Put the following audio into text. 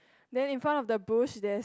then in front of the bush there's